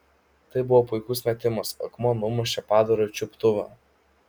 tai buvo puikus metimas akmuo numušė padarui čiuptuvą